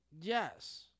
Yes